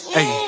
Hey